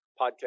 podcast